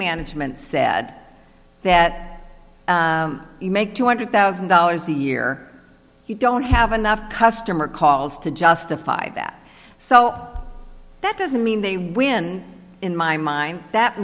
management said that you make two hundred thousand dollars a year you don't have enough customer calls to justify that so that doesn't mean they win in my mind that